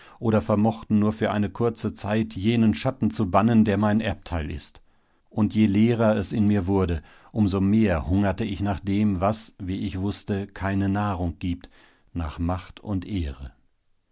oder vermochten nur für eine kurze zeit jenen schatten zu bannen der mein erbteil ist und je leerer es in mir wurde um so mehr hungerte ich nach dem was wie ich wußte keine nahrung gibt nach macht und ehre